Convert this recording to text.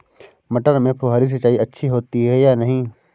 मटर में फुहरी सिंचाई अच्छी होती है या नहीं?